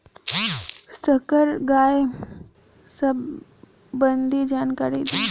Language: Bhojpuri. संकर गाय सबंधी जानकारी दी?